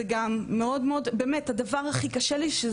זה גם מאוד מאוד באמת הדבר הכי קשה לי שזה